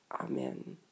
Amen